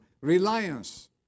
reliance